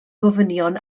gofynion